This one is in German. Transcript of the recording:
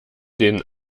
den